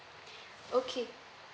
okay